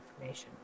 information